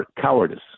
cowardice